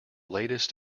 latest